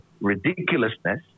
ridiculousness